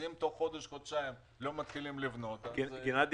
אם תוך חודש חודשיים לא מתחילים לבנות אז לא יהיו מבנים.